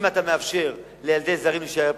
אם אתה מאפשר לילדי זרים להישאר פה,